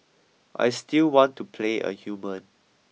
I still want to play a human